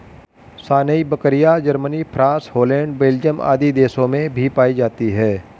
सानेंइ बकरियाँ, Germany, France, Holland, Belgium आदि देशों में भी पायी जाती है